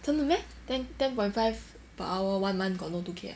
真的 meh then ten point five per hour one month got no two K ah